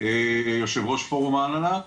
יו"ר פורום ההנהלה,